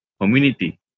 community